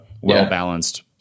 well-balanced